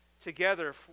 together